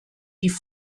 die